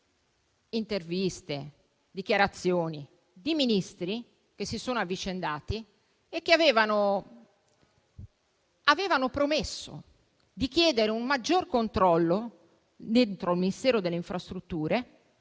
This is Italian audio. interviste e dichiarazioni di Ministri che si sono avvicendati e che avevano promesso di chiedere un maggior controllo nel Ministero delle infrastrutture